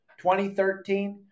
2013